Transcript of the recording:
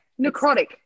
Necrotic